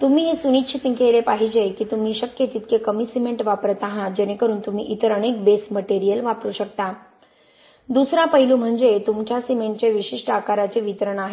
तुम्ही हे सुनिश्चित केले पाहिजे की तुम्ही शक्य तितके कमी सिमेंट वापरत आहात जेणेकरून तुम्ही इतर अनेक बेस मटेरियल वापरू शकता दुसरा पैलू म्हणजे तुमच्या सिमेंटचे विशिष्ट आकाराचे वितरण आहे